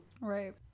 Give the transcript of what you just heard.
right